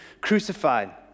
crucified